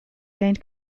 gained